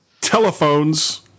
telephones